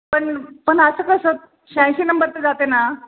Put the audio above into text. पण पण असं कसं शहाऐंशी नंबर तर जाते ना